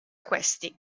questi